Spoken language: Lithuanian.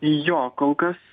jo kol kas